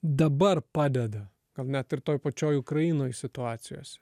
dabar padeda gal net ir toj pačioj ukrainoj situacijose